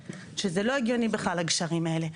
שזה לא הגיוני בכלל הגשרים האלה.